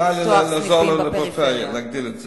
זה בא לעזור לפריפריה, להגדיל את זה.